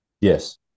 Yes